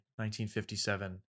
1957